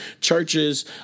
churches